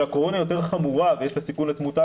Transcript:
שהקורונה יותר חמורה ויש לה סיכון לתמותה